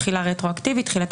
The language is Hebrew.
תחילה רטרואקטיבית: תחילה